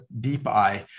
DeepEye